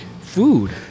food